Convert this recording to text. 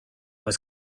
was